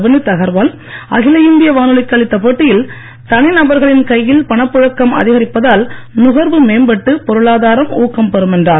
வினித் அகர்வால் அகில இந்திய வானொலிக்கு அளித்த பேட்டியில் தனிநபர்களின் கையில் பணப் புழக்கம் அதிகரிப்பதால் நுகர்வு மேம்பட்டு பொருளாதாரம் ஊக்கம் பெறும் என்றார்